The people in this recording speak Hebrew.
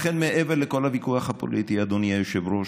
לכן, מעבר לכל הוויכוח הפוליטי, אדוני היושב-ראש,